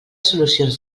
solucions